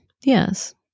Yes